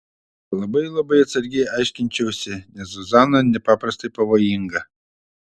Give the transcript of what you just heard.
labai labai atsargiai aiškinčiausi nes zuzana nepaprastai pavojinga